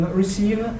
receive